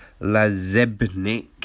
Lazebnik